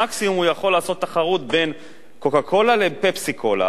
מקסימום הוא יכול לעשות תחרות בין "קוקה קולה" ל"פפסי קולה",